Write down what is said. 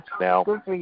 Now